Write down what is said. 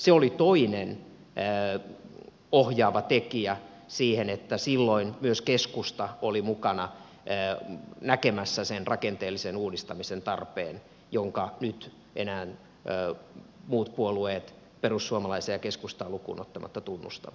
se oli toinen ohjaava tekijä siihen että silloin myös keskusta oli mukana näkemässä sen rakenteellisen uudistamisen tarpeen jonka nyt enää muut puolueet perussuomalaisia ja keskustaa lukuun ottamatta tunnustavat